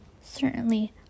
Certainly